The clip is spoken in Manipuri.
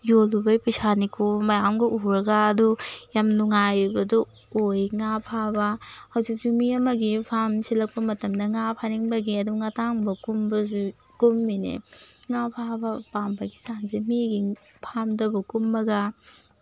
ꯌꯣꯜꯂꯨꯕꯒꯤ ꯄꯩꯁꯥꯅꯤꯀꯣ ꯃꯌꯥꯝꯒ ꯎꯔꯒ ꯑꯗꯨ ꯌꯥꯝ ꯅꯨꯡꯉꯥꯏꯕꯗꯣ ꯑꯣꯏ ꯉꯥ ꯐꯥꯕ ꯍꯧꯖꯤꯛꯁꯨ ꯃꯤ ꯑꯃꯒꯤ ꯐꯥꯝ ꯁꯤꯠꯂꯛꯄ ꯃꯇꯝꯗ ꯉꯥ ꯐꯥꯅꯤꯡꯕꯒꯤ ꯑꯗꯨꯝ ꯉꯥꯇꯥꯡꯕ ꯀꯨꯝꯕꯁꯨ ꯀꯨꯝꯃꯤꯅꯤ ꯉꯥ ꯐꯥꯕ ꯄꯥꯝꯕꯒꯤ ꯆꯥꯡꯁꯦ ꯃꯤꯒꯤ ꯐꯥꯝꯗꯕꯨ ꯀꯨꯝꯃꯒ